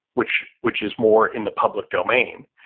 which which is more in the public domain,